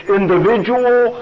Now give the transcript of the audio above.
individual